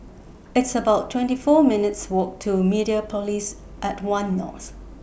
It's about twenty four minutes' Walk to Mediapolis At one North